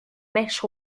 mèches